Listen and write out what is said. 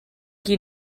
qui